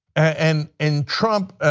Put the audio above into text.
and and trump